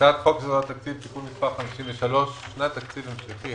הצעת חוק יסודות התקציב (תיקון מס' 53) (שנת תקציב המשכי),